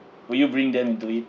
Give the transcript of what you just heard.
will you bring them into it